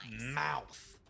mouth